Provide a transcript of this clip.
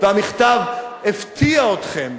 והמכתב הפתיע אתכם.